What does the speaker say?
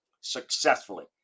successfully